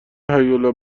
هیولای